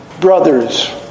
Brothers